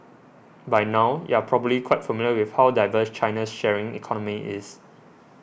by now you're probably quite familiar with how diverse China's sharing economy is